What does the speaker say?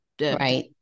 Right